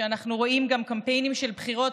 כשאנחנו רואים גם קמפיינים של בחירות,